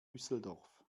düsseldorf